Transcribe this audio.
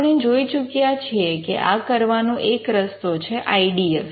આપણે જોઈ ચૂક્યા છીએ કે આ કરવાનો એક રસ્તો છે આઇ ડી એફ